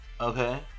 Okay